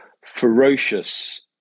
ferocious